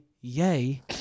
yay